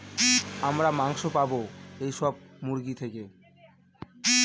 আমরা মাংস পাবো এইসব মুরগি থেকে